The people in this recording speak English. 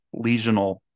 lesional